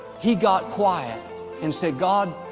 he got quiet and said god,